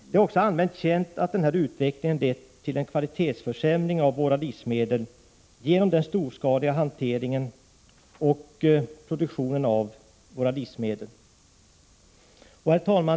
Det är också allmänt känt att den här utvecklingen lett till en kvalitetsförsämring av våra livsmedel genom den storskaliga hanteringen och produktionen av våra livsmedel. Herr talman!